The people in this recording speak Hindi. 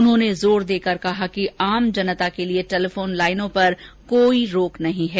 उन्होंने जोर देकर कहा कि आम जनता के लिए टेलीफोन लाइनों पर कोई रोक नहीं है